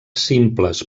simples